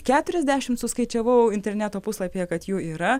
keturiasdešim suskaičiavau interneto puslapyje kad jų yra